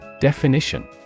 Definition